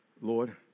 Lord